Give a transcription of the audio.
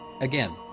Again